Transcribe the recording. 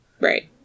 Right